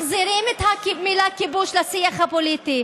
מחזירים את המילה "כיבוש" לשיח הפוליטי,